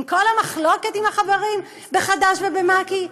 עם כל המחלוקת עם החברים בחד"ש ובמק"י,